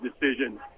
decision –